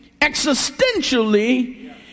existentially